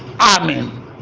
amen